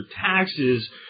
taxes